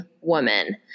woman